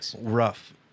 rough